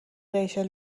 ریچل